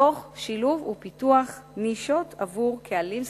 תוך שילוב ופיתוח של נישות עבור קהלים ספציפיים,